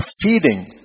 feeding